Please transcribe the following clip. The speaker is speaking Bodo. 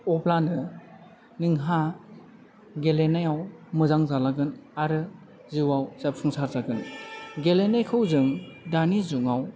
अब्लानो नोंहा गेलेनायाव मोजां जालांगोन आरो जिउआव जाफुंसार जागोन गेलेनायखौ जों दानि जुगाव